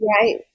Right